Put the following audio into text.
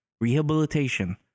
rehabilitation